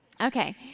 Okay